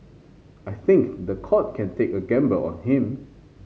I think the court can take a gamble on him